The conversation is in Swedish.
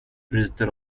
bryter